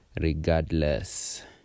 regardless